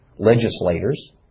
legislators